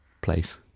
place